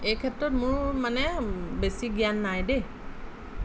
এইক্ষেত্ৰত মোৰ মানে বেছি জ্ঞান নাই দেই